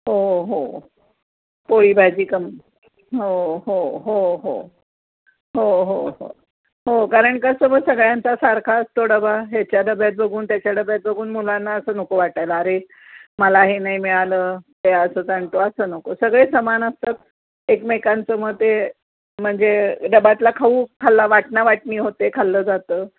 हो हो पोळी भाजी कं हो हो हो हो हो हो हो हो कारण कसं मग सगळ्यांचा सारखा असतो डबा ह्याच्या डब्यात बघून त्याच्या डब्यात बघून मुलांना असं नको वाटायला अरे मला हे नाही मिळालं ते असंच आणतो असं नको सगळे समान असतात एकमेकांचं मग ते म्हणजे डब्यातला खाऊ खाल्ला वाटना वाटणी होते खाल्लं जातं